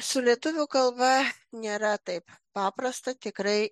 su lietuvių kalba nėra taip paprasta tikrai